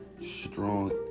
strong